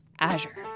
Azure